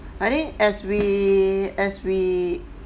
I think as we as we